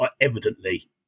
evidently